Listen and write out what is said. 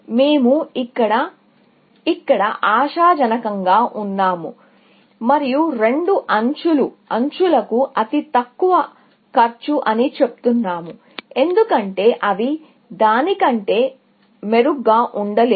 మేము ఇక్కడ ఆశాజనకంగా ఉన్నాము మరియు రెండు ఎడ్జ్ లు ఎడ్జ్ లకు అతి తక్కువ కాస్ట్ అని చెప్తున్నాము ఎందుకంటే అవి దాని కంటే మెరుగ్గా ఏమి ఉండలేవు